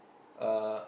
uh